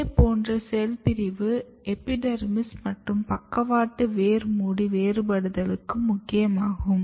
இதேபோன்ற செல் பிரிவு எபிடெர்மிஸ் மற்றும் பக்கவாட்டு வேர் மூடி வேறுபடுத்தலுக்கும் முக்கியமாகும்